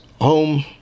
home